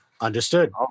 Understood